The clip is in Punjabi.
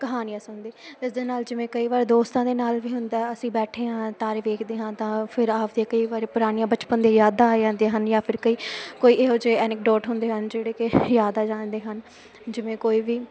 ਕਹਾਣੀਆਂ ਸੁਣਦੇ ਇਸ ਦੇ ਨਾਲ ਜਿਵੇਂ ਕਈ ਵਾਰ ਦੋਸਤਾਂ ਦੇ ਨਾਲ ਵੀ ਹੁੰਦਾ ਅਸੀਂ ਬੈਠੇ ਹਾਂ ਤਾਰੇ ਵੇਖਦੇ ਹਾਂ ਤਾਂ ਫਿਰ ਆਪ ਦੇ ਕਈ ਵਾਰ ਪੁਰਾਣੀਆਂ ਬਚਪਨ ਦੀ ਯਾਦਾਂ ਆ ਜਾਂਦੀਆਂ ਹਨ ਜਾਂ ਫਿਰ ਕਈ ਕੋਈ ਇਹੋ ਜਿਹੇ ਐਨਿਕ ਡੋਟ ਹੁੰਦੇ ਹਨ ਜਿਹੜੇ ਕਿ ਯਾਦ ਆ ਜਾਂਦੇ ਹਨ ਜਿਵੇਂ ਕੋਈ ਵੀ